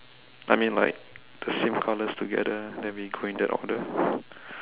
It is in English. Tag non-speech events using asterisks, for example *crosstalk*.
I mean like the same colours together then we go in that order *breath*